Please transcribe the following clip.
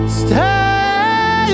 stay